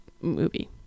movie